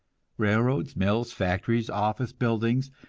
railroads, mills, factories, office buildings,